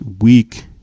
week